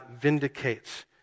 vindicates